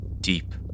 deep